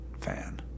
fan